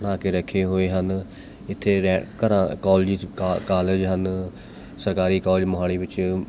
ਬਣਾ ਕੇ ਰੱਖੇ ਹੋਏ ਹਨ ਇੱਥੇ ਰਹਿ ਘਰਾਂ ਕੋਲਜਿਸ ਕਾ ਕਾਲਜ ਹਨ ਸਰਕਾਰੀ ਕੋਲਜ ਮੋਹਾਲੀ ਵਿੱਚ